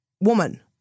woman